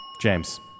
James